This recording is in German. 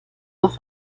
auch